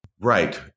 Right